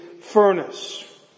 furnace